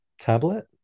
tablet